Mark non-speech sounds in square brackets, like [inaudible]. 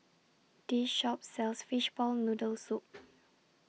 This Shop sells Fishball Noodle Soup [noise]